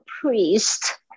priest